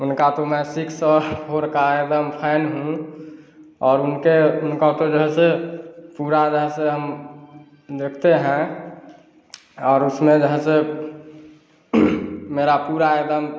उनका तो मैं सिक्स और फोर का एकदम फ़ैन हूँ और उनके उनका जो है सो पूरा हम देखते हैं और उसमें जो है सो मेरा पूरा एकदम